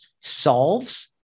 solves